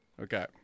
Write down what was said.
Okay